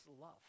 love